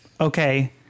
okay